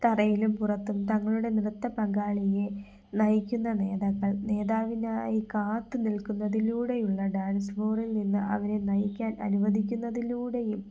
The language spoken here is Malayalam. തറയിലും പുറത്തും തങ്ങളുടെ നൃത്ത പങ്കാളിയെ നയിക്കുന്ന നേതാക്കൾ നേതാവിനായി കാത്ത് നിൽക്കുന്നതിലൂടെയുള്ള ഡാൻസ് ഫ്ലോറിൽ നിന്ന് അവരെ നയിക്കാൻ അനുവദിക്കുന്നതിലൂടെയും